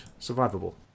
survivable